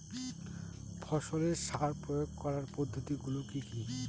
ফসলের সার প্রয়োগ করার পদ্ধতি গুলো কি কি?